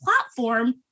platform